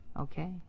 Okay